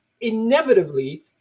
inevitably